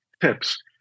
tips